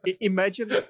Imagine